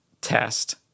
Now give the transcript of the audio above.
test